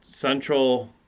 Central